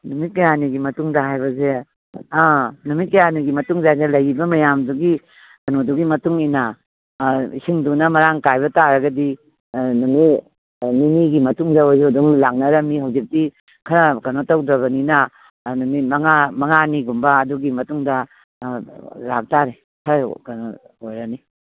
ꯅꯨꯃꯤꯠ ꯀꯌꯥꯒꯤꯅꯤ ꯃꯇꯨꯡꯗ ꯍꯥꯏꯕꯁꯦ ꯑꯥ ꯅꯨꯃꯤꯠ ꯀꯌꯥꯅꯤꯒꯤ ꯃꯇꯨꯡꯗꯅ ꯂꯩꯔꯤꯕ ꯃꯌꯥꯝꯗꯨꯒꯤ ꯀꯩꯅꯣꯗꯨꯒꯤ ꯃꯇꯨꯡ ꯏꯟꯅ ꯏꯁꯤꯡꯗꯨꯅ ꯃꯔꯥꯡ ꯀꯥꯏꯕ ꯇꯥꯔꯒꯗꯤ ꯅꯨꯃꯤꯠ ꯅꯤꯅꯤꯒꯤ ꯃꯇꯨꯡꯗ ꯑꯣꯏꯁꯨ ꯑꯗꯨꯝ ꯂꯥꯛꯅꯔꯝꯃꯤ ꯍꯧꯖꯤꯛꯇꯤ ꯈꯔ ꯀꯩꯅꯣ ꯇꯧꯗꯕꯅꯤꯅ ꯅꯨꯃꯤꯠ ꯃꯉꯥ ꯃꯉꯥꯅꯤꯒꯨꯝꯕ ꯑꯗꯨꯒꯤ ꯃꯇꯨꯡꯗ ꯂꯥꯛ ꯇꯥꯔꯦ ꯈꯔ ꯀꯩꯅꯣ ꯑꯣꯏꯔꯅꯤ